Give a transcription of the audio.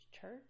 church